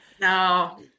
no